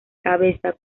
cabeza